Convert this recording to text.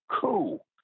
Cool